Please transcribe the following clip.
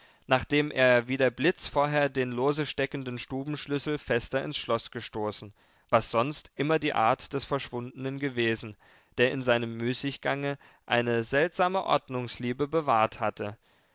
nachdem er wie der blitz vorher den lose steckenden stubenschlüssel fester ins schloß gestoßen was sonst immer die art des verschwundenen gewesen der in seinem müßiggange eine seltsame ordnungsliebe bewährt hatte